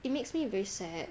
it makes me very sad